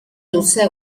luze